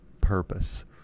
purpose